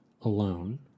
alone